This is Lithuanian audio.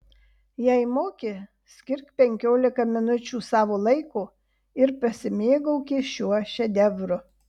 jei moki skirk penkiolika minučių savo laiko ir pasimėgauki šiuo šedevru